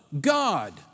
God